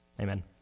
Amen